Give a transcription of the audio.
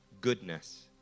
goodness